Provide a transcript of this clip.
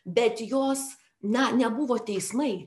bet jos na nebuvo teismai